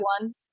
one